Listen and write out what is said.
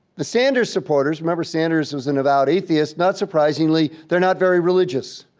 the sanders supporters, remember sanders was a devout atheist, not surprisingly, they're not very religious.